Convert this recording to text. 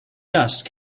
dust